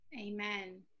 amen